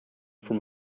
from